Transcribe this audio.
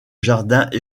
jardins